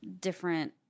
different